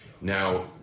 Now